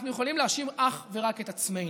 אנחנו יכולים להאשים אך ורק את עצמנו.